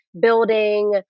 building